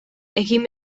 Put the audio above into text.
egin